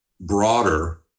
broader